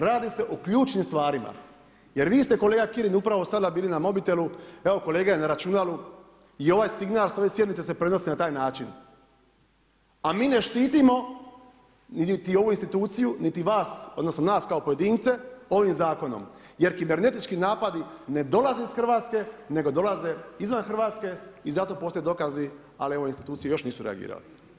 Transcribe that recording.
Radi se o ključnim stvarima jer vi ste kolega Kirin upravo sada bili na mobitelu, evo kolega je na računalu i ovaj signal s ove sjednice se prenosi na taj način, a mi ne štitimo niti ovu instituciju niti vas odnosno nas kao pojedince ovim zakonom jer kibernetički napadi ne dolaze iz Hrvatske nego dolaze izvan Hrvatske i zato postoje dokazi, ali evo institucije još nisu reagirale.